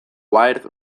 wired